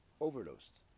overdosed